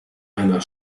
einer